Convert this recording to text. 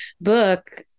book